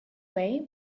way